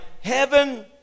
heaven